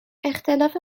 اختلاف